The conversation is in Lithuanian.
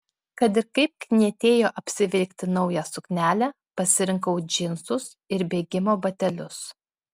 kad ir kaip knietėjo apsivilkti naują suknelę pasirinkau džinsus ir bėgimo batelius